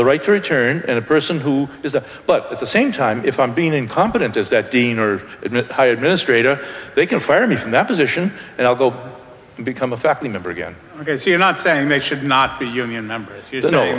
the right to return and a person who is a but at the same time if i'm being incompetent as that dean or high administrator they can fire me from that position and i'll go become a factory number again because you're not saying they should not be union members you